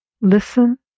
Listen